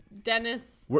Dennis